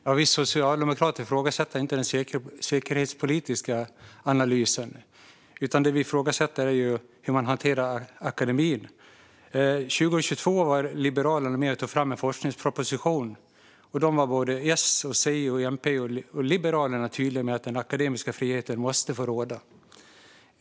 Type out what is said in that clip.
Fru talman! Vi socialdemokrater ifrågasätter inte den säkerhetspolitiska analysen, utan det vi ifrågasätter är hur man hanterar akademin. Liberalerna var 2022 med och tog fram en forskningsproposition. Då var både S, C, MP och Liberalerna tydliga med att den akademiska friheten måste få råda.